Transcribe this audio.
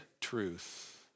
truth